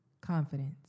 Confidence